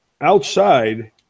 outside